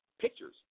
pictures